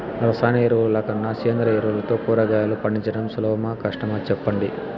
రసాయన ఎరువుల కన్నా సేంద్రియ ఎరువులతో కూరగాయలు పండించడం సులభమా కష్టమా సెప్పండి